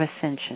ascension